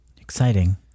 Exciting